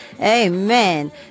Amen